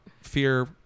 fear